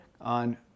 on